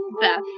Beth